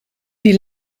die